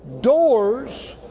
doors